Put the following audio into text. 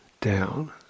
down